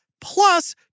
plus